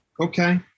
Okay